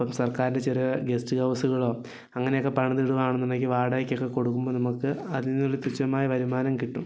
അപ്പം സർക്കാരിൻ്റെ ചെറിയ ഗസ്റ്റ് ഹൗസുകളോ അങ്ങനെയൊക്കെ പണിത് ഇടുകയാണെന്നുണ്ടെങ്കിൽ വാടകയ്ക്കൊക്കെ കൊടുക്കുമ്പോൾ നമുക്ക് അതിൽ നിന്ന് ഒരു തുച്ഛമായ വരുമാനം കിട്ടും